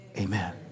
Amen